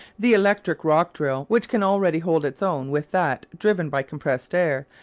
the electric rock-drill, which can already hold its own with that driven by compressed air,